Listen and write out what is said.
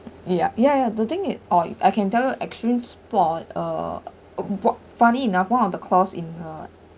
ya ya ya the thing it or I can you tell extreme sport uh what funny enough one of the course in uh